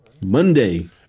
Monday